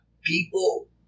people